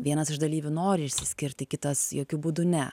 vienas iš dalyvių nori išsiskirti kitas jokiu būdu ne